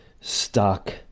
stuck